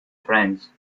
friends